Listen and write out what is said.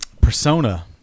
persona